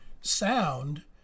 sound